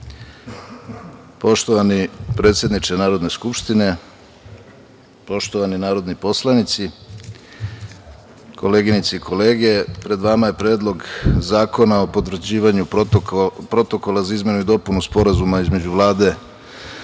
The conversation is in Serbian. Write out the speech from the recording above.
predsedniče Narodne skupštine, poštovani narodni poslanici, koleginice i kolege, Pred nama je Predlog zakona o potvrđivanju Protokola za izmenu i dopunu Sporazuma između Vlade